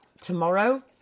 tomorrow